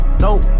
Nope